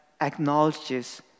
acknowledges